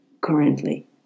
currently